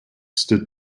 stood